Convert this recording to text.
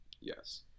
Yes